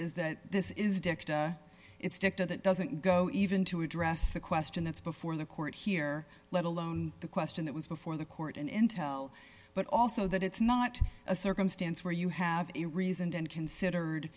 is that this is dicta it's dicta that doesn't go even to address the question that's before the court here let alone the question that was before the court and intel but also that it's not a circumstance where you have a reasoned and considered